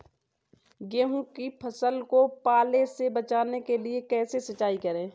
गेहूँ की फसल को पाले से बचाने के लिए कैसे सिंचाई करें?